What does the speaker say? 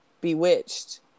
Bewitched